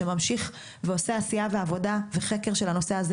הוא ממשיך ועושה עשייה ועבודה וחקר של הנושא הזה